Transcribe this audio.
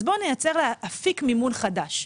אז בוא נייצר לה אפיק מימון חדש.